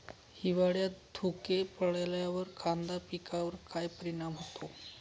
हिवाळ्यात धुके पडल्यावर कांदा पिकावर काय परिणाम होतो?